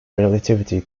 relativity